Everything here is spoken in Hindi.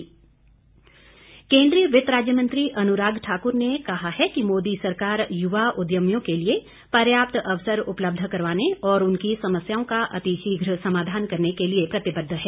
अनुराग ठाकुर केन्द्रीय वित्त राज्य मंत्री अनुराग ठाकुर ने कहा है कि मोदी सरकार युवा उद्यमियों के लिए पर्याप्त अवसर उपलब्ध करवाने और उनकी समस्याओं का अतिशीघ्र समाधान करने के लिए प्रतिबद्व है